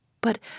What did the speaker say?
But